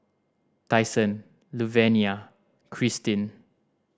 Tyson Luvenia Krystin